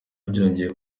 byongeye